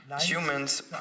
humans